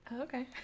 okay